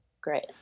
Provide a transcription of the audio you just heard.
Great